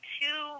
two